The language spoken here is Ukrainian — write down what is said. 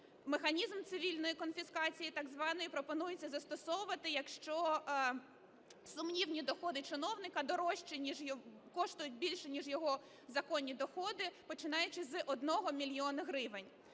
Механізм цивільної конфіскації так званої пропонується застосовувати, якщо сумнівні доходи чиновника дорожчі… коштують більше, ніж його законні доходи, починаючи з 1 мільйона гривень.